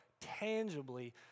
tangibly